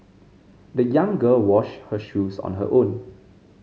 the young girl washed her shoes on her own